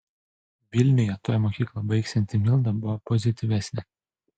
vilniuje tuoj mokyklą baigsianti milda buvo pozityvesnė